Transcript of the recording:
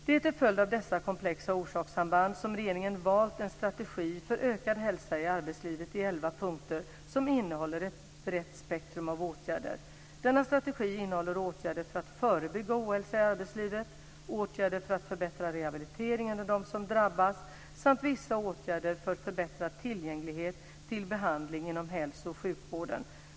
Det är till följd av dessa komplexa orsakssamband som regeringen valt en strategi för ökad hälsa i arbetslivet i elva punkter som innehåller ett brett spektrum av åtgärder. Denna strategi innehåller åtgärder för att förebygga ohälsa i arbetslivet, åtgärder för att förbättra rehabiliteringen av dem som drabbas samt vissa åtgärder för förbättrad tillgänglighet till behandling inom hälso och sjukvården.